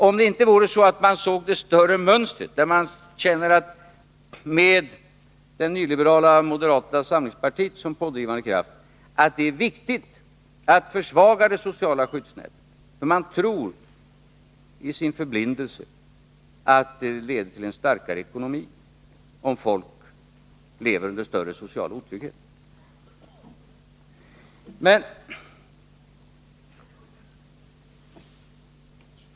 Jag tycker mig känna igen mönstret i denna politik med det nyliberala moderata samlingspartiet som pådrivande kraft, nämligen att det är viktigt att försvaga det sociala skyddsnätet. I sin förblindning tror man att det leder till en starkare ekonomi om folk lever under större social otrygghet.